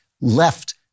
left